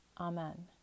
Amen